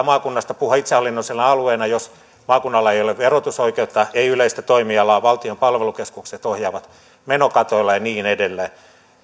maakunnasta puhua itsehallinnollisena alueena jos maakunnalla ei ole verotusoikeutta ei yleistä toimialaa valtion palvelukeskukset ohjaavat menokatoilla ja niin edelleen